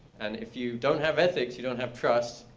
and if you don't have ethics, you don't have trust.